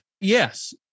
Yes